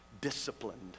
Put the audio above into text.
disciplined